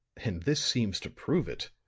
and this seems to prove it.